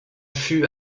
fut